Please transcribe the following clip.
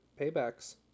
Paybacks